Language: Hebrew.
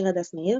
שיר הדס מאיר,